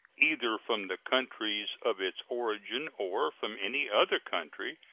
either from the countries of its origin or from any other country,